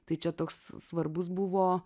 tai čia toks svarbus buvo